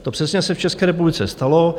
To přesně se v České republice stalo.